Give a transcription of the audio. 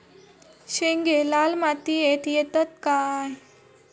शेंगे लाल मातीयेत येतत काय?